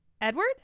Edward